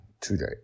today